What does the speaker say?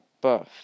buff